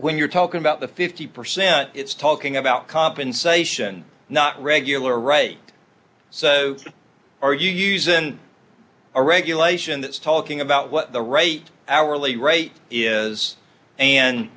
when you're talking about the fifty percent it's talking about compensation not regular rate so our use in a regulation that's talking about what the rate hourly rate is and